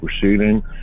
proceeding